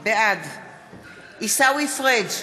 בעד עיסאווי פריג'